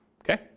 okay